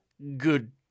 Good